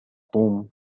توم